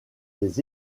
des